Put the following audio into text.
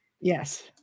Yes